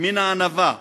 מן הענווה,